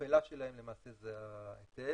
המכפלה שלהם למעשה זה ההיטל,